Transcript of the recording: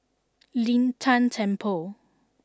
Lin Tan Temple